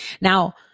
Now